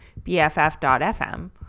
BFF.fm